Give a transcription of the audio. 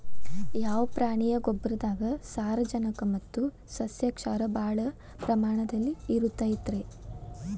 ಯಾವ ಪ್ರಾಣಿಯ ಗೊಬ್ಬರದಾಗ ಸಾರಜನಕ ಮತ್ತ ಸಸ್ಯಕ್ಷಾರ ಭಾಳ ಪ್ರಮಾಣದಲ್ಲಿ ಇರುತೈತರೇ?